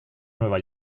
nueva